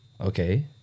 okay